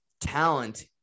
talent